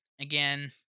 Again